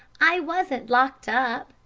i wasn't locked up,